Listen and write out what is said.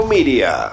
Media